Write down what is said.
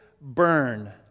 burn